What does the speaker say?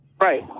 Right